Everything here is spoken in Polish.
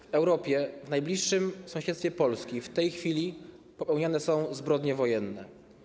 W Europie, w najbliższym sąsiedztwie Polski w tej chwili popełniane są zbrodnie wojenne.